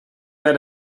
that